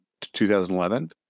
2011